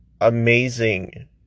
amazing